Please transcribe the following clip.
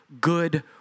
good